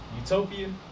Utopia